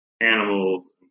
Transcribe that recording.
animals